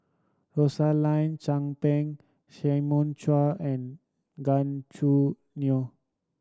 Rosaline Chan Pang Simon Chua and Gan Choo Neo